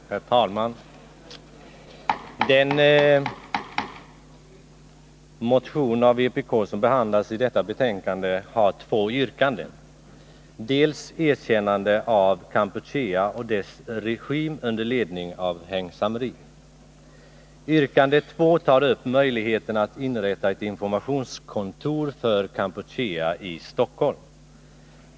Herr talman! Den motion av vpk som behandlas i detta betänkande har två yrkanden, dels om erkännande av Kampuchea och dess regim under ledning av Heng Samrin, dels om öppnandet av ett informationskontor för Kampuchea i Stockholm.